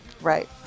Right